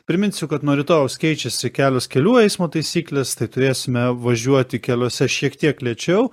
priminsiu kad nuo rytojaus keičiasi kelios kelių eismo taisyklės tai turėsime važiuoti keliuose šiek tiek lėčiau